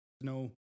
No